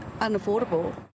unaffordable